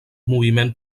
moviment